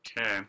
Okay